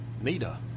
Nita